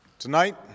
Tonight